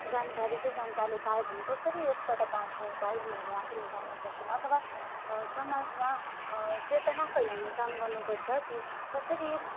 जानकारी चाहिँ जनताले पाए भने कसरी यसबाट बाच्ने उपाय उनीहरूले आफैँ निकाल्न सक्छन् अथवा समाजमा चेतना फैलाउने काम गर्नुपर्छ कि कसरी